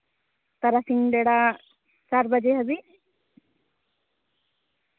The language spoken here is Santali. ᱛᱟᱨᱟᱥᱤᱧ ᱵᱮᱲᱟ ᱪᱟᱨ ᱵᱟᱡᱮ ᱦᱟᱹᱵᱤᱡ